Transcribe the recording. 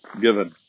given